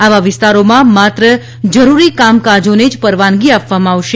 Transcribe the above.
આવા વિસ્તારોમાં માત્ર જરૂરી કામકોની જ પરવાનગી આપવામાં આવશે